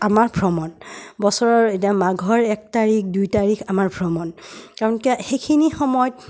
আমাৰ ভ্ৰমণ বছৰৰ এতিয়া মাঘৰ এক তাৰিখ দুই তাৰিখ আমাৰ ভ্ৰমণ কাৰণ কিয় সেইখিনি সময়ত